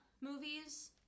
movies